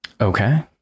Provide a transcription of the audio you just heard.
Okay